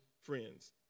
friends